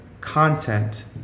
content